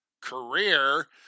career